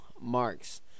Marks